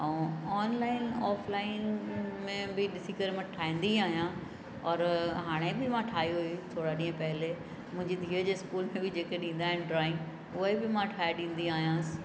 ऐं online offline में बि ॾिसी करे मां ठाहींदी आहियां और हाणे बि ठाही हुई थोरा ॾींहुं पहिले मुंहिंजी धीअ जे स्कूल में जेके ॾींदा आहिनि ड्रॉइंग उहे बि मां ठाहे ॾींदी आयसि